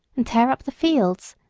and tear up the fields,